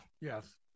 yes